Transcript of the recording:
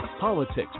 politics